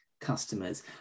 customers